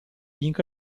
link